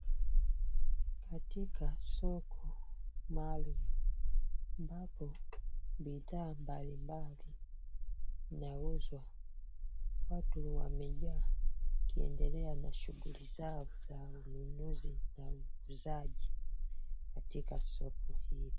Katika soko maalum ambapo bidhaa mbalimbali zinauzwa watu wamejaa wakiendelea na shughuli zao za ununuzi na uuzaji katika soko hili.